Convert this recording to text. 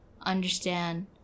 understand